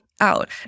out